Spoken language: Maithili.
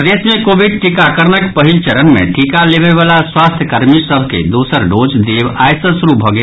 प्रदेश मे कोविड टीकाकरणक पहिल चरण मे टीका लेबयवला स्वास्थ्य कर्मी सभ के दोसर डोज देब आइ सॅ शुरू भऽ गेल